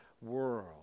world